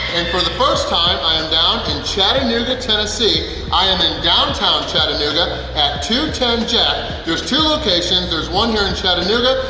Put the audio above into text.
and for the first time, i am down in chattanooga, tennessee! i am in downtown chattanooga at two ten jack! there's two locations there's one here in chattanooga,